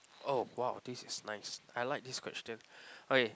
oh !wah! this is nice I like this question okay